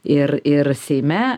ir ir seime